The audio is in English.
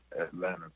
Atlanta